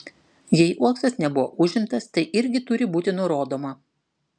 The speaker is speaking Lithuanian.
jei uoksas nebuvo užimtas tai irgi turi būti nurodoma